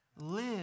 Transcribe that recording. Live